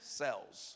cells